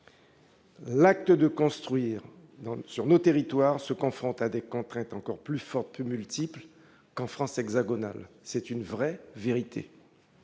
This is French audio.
l'acte de construire sur nos territoires se confronte à des contraintes encore plus fortes et plus multiples qu'en France hexagonale. C'est une réalité.